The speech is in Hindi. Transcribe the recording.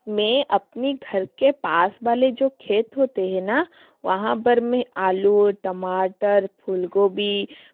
मैं अपनी घर के पास वाले जो खेत होते हे ना वहाँ पर मैं आलू टमाटर फुलगोबी